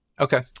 Okay